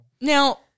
Now